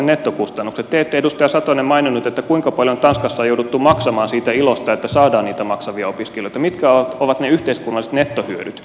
te ette edustaja satonen maininnut kuinka paljon tanskassa on jouduttu maksamaan siitä ilosta että saadaan niitä maksavia opiskelijoita mitkä ovat ne yhteiskunnalliset nettohyödyt